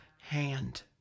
hand